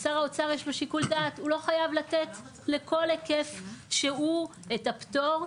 לשר האוצר יש שיקול דעת; הוא לא חייב לתת לכל היקף שהוא את הפטור,